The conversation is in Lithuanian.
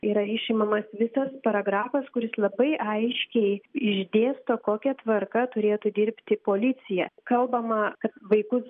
yra išimamas visas paragrafas kuris labai aiškiai išdėsto kokia tvarka turėtų dirbti policija kalbama kad vaikus